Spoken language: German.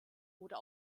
oder